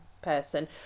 person